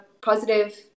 positive